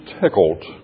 tickled